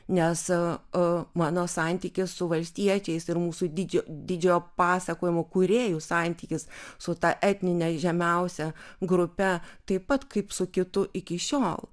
nes a a mano santykis su valstiečiais ir mūsų didžio didžiojo pasakojimo kūrėju santykis su ta etnine žemiausia grupe taip pat kaip su kitu iki šiol